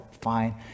fine